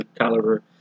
caliber